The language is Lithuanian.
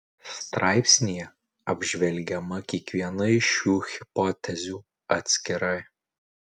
straipsnyje apžvelgiama kiekviena iš šių hipotezių atskirai